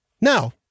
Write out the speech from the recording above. Now